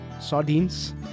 sardines